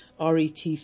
RET